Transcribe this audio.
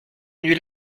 nuit